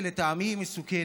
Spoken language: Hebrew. ולטעמי היא מסוכנת.